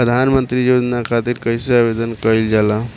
प्रधानमंत्री योजना खातिर कइसे आवेदन कइल जाला?